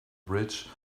bridge